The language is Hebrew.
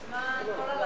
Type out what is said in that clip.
יש לו זמן כל הלילה.